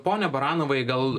pone baranovai gal